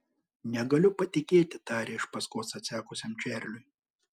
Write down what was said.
negaliu patikėti tarė iš paskos atsekusiam čarliui